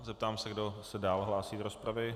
Zeptám se, kdo se dále hlásí do rozpravy.